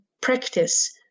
practice